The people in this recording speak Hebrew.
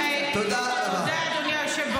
תודה רבה.